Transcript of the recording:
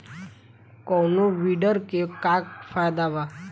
कौनो वीडर के का फायदा बा?